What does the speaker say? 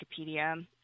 Wikipedia